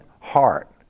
heart